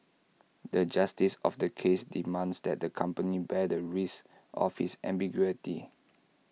the justice of the case demands that the company bear the risk of this ambiguity